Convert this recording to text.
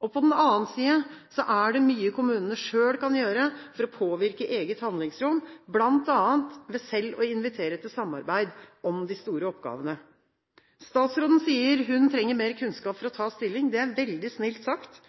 På den annen side er det mye kommunene selv kan gjøre for å påvirke eget handlingsrom, bl.a. ved å invitere til samarbeid om de store oppgavene. Statsråden sier hun trenger mer kunnskap for å ta stilling. Det er veldig snilt sagt.